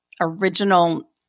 original